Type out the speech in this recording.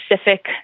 specific